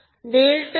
मग मी स्वतः करतो